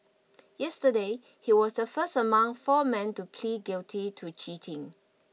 yesterday he was the first among four men to plead guilty to cheating